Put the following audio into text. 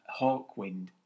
Hawkwind